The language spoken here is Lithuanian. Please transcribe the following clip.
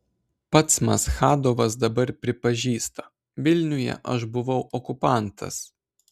pats maschadovas dabar pripažįsta vilniuje aš buvau okupantas